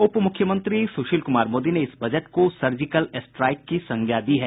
उप मुख्यमंत्री सुशील कुमार मोदी ने इस बजट को सर्जिकल स्ट्राइक की संज्ञा दी है